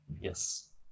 Yes